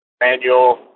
manual